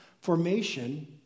Formation